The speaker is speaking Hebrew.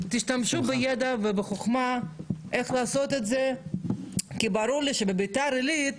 תשתמשו בידע ובחוכמה איך לעשות את זה כי ברור לי שבביתר עילית,